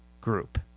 group